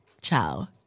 Ciao